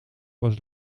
was